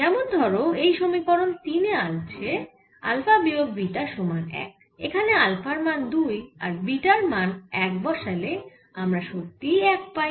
যেমন ধরো এই সমীকরণ তিনে আছে আলফা বিয়োগ বিটা সমান 1 এখানে আলফার মান 2 আর বিতার মান 1 বসালে আমরা সত্যি 1 পাই